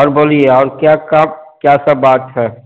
और बोलिए और क्या काम क्या सब बात है